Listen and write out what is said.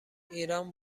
ایران